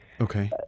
Okay